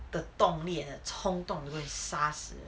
the 动力的冲动 to go and 杀死人